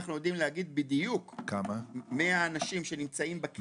אנחנו יודעים להגיד בדיוק מי האנשים שנמצאים.